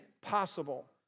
possible